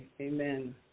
amen